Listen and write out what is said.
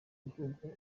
bahungu